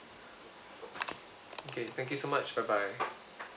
okay thank you so much bye bye